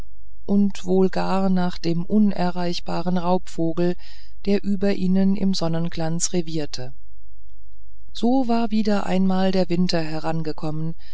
oder wohl gar nach dem unerreichbaren raubvogel der über ihnen im sonnenglanz revierte so war wieder einmal der winter herangekommen